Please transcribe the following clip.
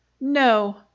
No